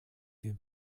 wir